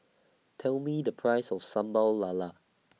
Tell Me The Price of Sambal Lala